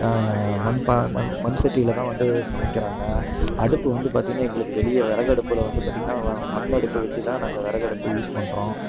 மண் பா மண் மண் சட்டியில்தான் வந்து சமைக்கிறாங்க அடுப்பு வந்து பார்த்திங்கனா எங்களுக்கு வெளியே விறகு அடுப்பில் வந்து பார்த்திங்கனா மண் அடுப்பு வச்சுதான் நாங்கள் விறகடுப்ப யூஸ் பண்ணுறோம்